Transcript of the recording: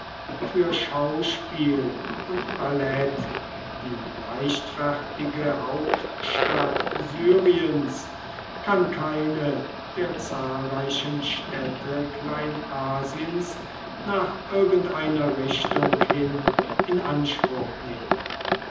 für schauspiel und ballett die leichtfertige hauptstadt syriens kann keine der zahlreichen städte kleinasiens nach irgendeiner richtung hin in anspruch nehmen